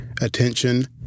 Attention